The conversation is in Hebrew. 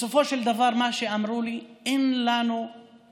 בסופו של דבר מה שאמרו לי: אין לנו רעיון.